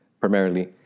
primarily